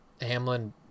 Hamlin